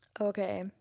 Okay